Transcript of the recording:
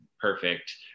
perfect